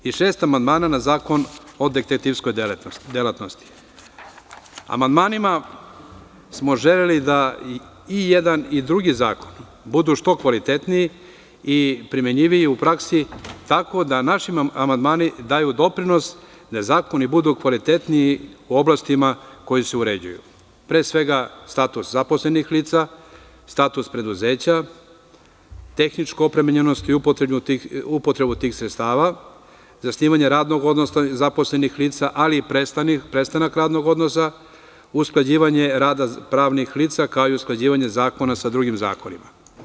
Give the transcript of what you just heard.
Amandmanima smo želeli da i jedan i drugi zakon budu što kvalitetniji i primenljiviji u praksi, tako da naši amandmani daju doprinos da zakoni budu kvalitetniji u oblastima koje se uređuju, pre svega, status zaposlenih lica, status preduzeća, tehničku opremljenost i upotrebu tih sredstava, zasnivanje radnog odnosa zaposlenih lica, ali i prestanak radnog odnosa, usklađivanje rada zaposlenih lica, kao i usklađivanje zakona sa drugim zakonima.